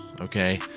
okay